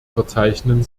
verzeichnen